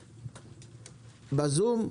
בזום.